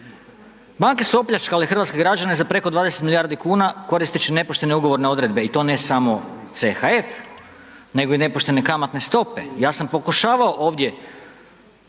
Banke su opljačkale hrvatske građane za preko 20 milijardi kuna koristeći nepoštene ugovorne odredbe i to ne samo CHF, nego i nepoštene kamatne stope. Ja sam pokušavao ovdje